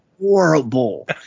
horrible